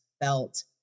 felt